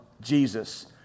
Jesus